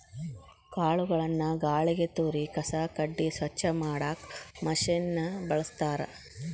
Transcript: ಕಾಳುಗಳನ್ನ ಗಾಳಿಗೆ ತೂರಿ ಕಸ ಕಡ್ಡಿ ಸ್ವಚ್ಛ ಮಾಡಾಕ್ ಮಷೇನ್ ನ ಬಳಸ್ತಾರ